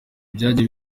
byagiye